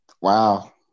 Wow